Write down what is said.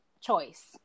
choice